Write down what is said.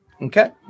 Okay